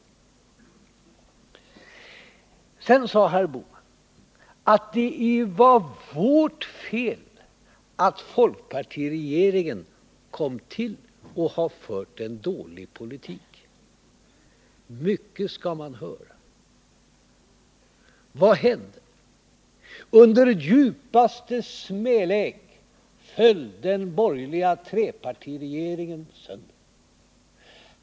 Herr Bohman sade vidare att det var vårt fel att folkpartiregeringen kom till och att den har fört en dålig politik. Mycket skall man få höra. Vad är det som har hänt? Under djupaste smälek föll den borgerliga trepartiregeringen sönder.